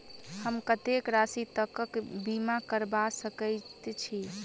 हम कत्तेक राशि तकक बीमा करबा सकैत छी?